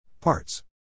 Parts